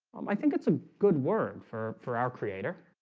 um i think it's a good word for for our creator.